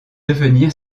devenir